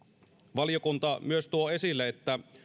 valiokunta tuo esille myös että